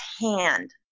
hand